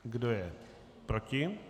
Kdo je proti?